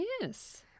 Yes